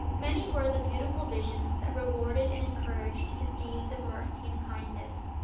many were the beautiful visions that rewarded and encouraged his deeds of mercy and kindness.